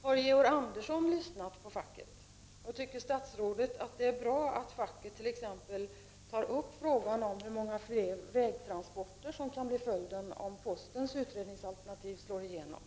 Har Georg Andersson lyssnat på facket? Tycker statsrådet att det är bra — Prot. 1989/90:34 att facket t.ex. tar upp frågan om hur många fler vägtransporter som kan bli — 28 november 1989 följden om postens utredningsalternativ slår igenom?